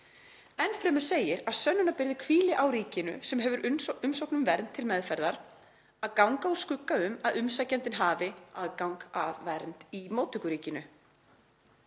Enn fremur segir að sönnunarbyrði hvíli á ríkinu sem hefur umsókn um vernd til meðferðar að ganga úr skugga um [að umsækjandinn hafi aðgang að vernd í móttökuríkinu].